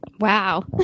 Wow